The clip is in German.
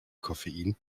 koffein